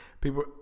People